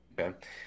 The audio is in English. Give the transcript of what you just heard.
Okay